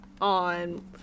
on